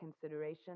consideration